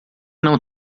não